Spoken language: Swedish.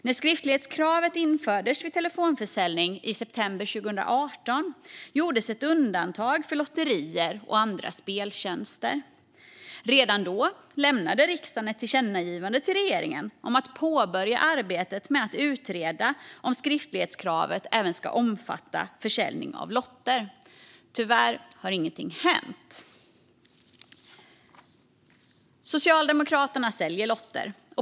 När skriftlighetskravet vid telefonförsäljning infördes i september 2018 gjordes ett undantag för lotterier och andra speltjänster. Redan då lämnade riksdagen ett tillkännagivande till regeringen om att man skulle påbörja arbetet med att utreda om skriftlighetskravet även ska omfatta försäljning av lotter. Tyvärr har ingenting hänt. Socialdemokraterna säljer lotter.